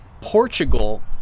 Portugal